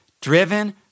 driven